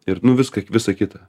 ir nu viską visą kitą